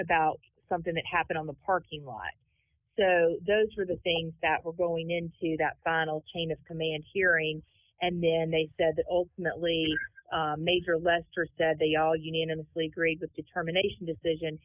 about something that happened on the parking lot so those were the things that were going into that final chain of command hearing and then they said that ultimately major lester said they all unanimously agreed with determination decision